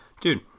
dude